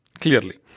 clearly